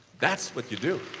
that's what you do.